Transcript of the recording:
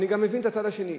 אני גם מבין את הצד השני.